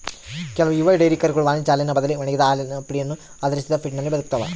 ಕೆಲವು ಯುವ ಡೈರಿ ಕರುಗಳು ವಾಣಿಜ್ಯ ಹಾಲಿನ ಬದಲಿ ಒಣಗಿದ ಹಾಲಿನ ಪುಡಿಯನ್ನು ಆಧರಿಸಿದ ಫೀಡ್ನಲ್ಲಿ ಬದುಕ್ತವ